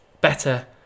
better